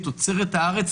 תוצרת הארץ,